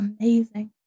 amazing